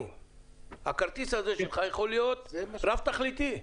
הכרטיס שלך הזה יכול להיות רב תכליתי.